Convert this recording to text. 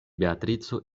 beatrico